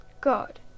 God